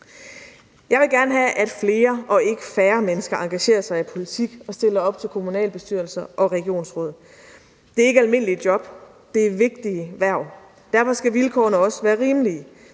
Jeg vil gerne have, at flere – og ikke færre – mennesker engagerer sig i politik og stiller op til kommunalbestyrelser og regionsråd. Det er ikke almindelige job, det er vigtige hverv. Derfor skal vilkårene også være rimelige,